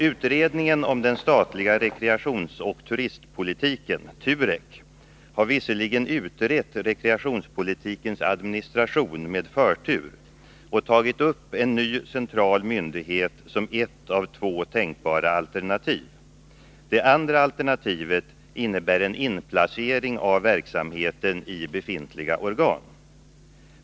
Utredningen om den statliga rekreationsoch turistpolitiken, TUREK, har visserligen med förtur utrett rekreationspolitikens administration och tagit upp en ny central myndighet som ett av två tänkbara alternativ. Det andra alternativet innebär en inplacering av verksamheten i befintliga organ.